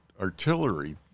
artillery